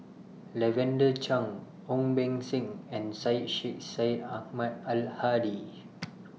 Lavender Chang Ong Beng Seng and Syed Sheikh Syed Ahmad Al Hadi